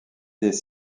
des